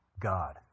God